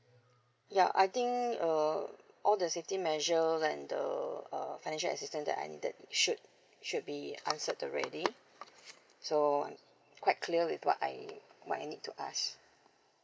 ya I think uh all the safety measures and uh uh financial assistance that I needed should should be answered the ready so quite clear with what I what I need to ask